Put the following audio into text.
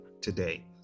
today